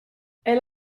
elle